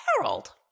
Harold